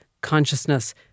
consciousness